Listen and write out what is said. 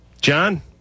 john